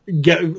get